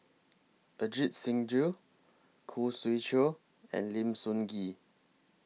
Ajit Singh Gill Khoo Swee Chiow and Lim Sun Gee